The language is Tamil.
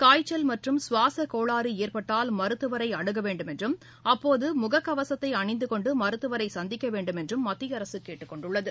காய்ச்சல் மற்றும் சுவாசக் கோளாறு ஏற்பட்டால் மருத்துவரர அனுக வேண்டும் என்றும் அப்போது முகக்கவசத்தை அணிந்து னெண்டு மருத்துவரை சந்திக்க வேண்டுமென்றும் மத்திய அரசு கேட்டுக் கொண்டுள்ளது